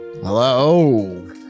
Hello